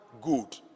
good